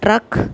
truck